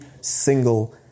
single